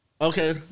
Okay